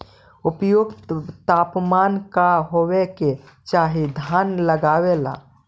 उपयुक्त तापमान का होबे के चाही धान लगावे ला?